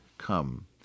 come